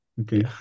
Okay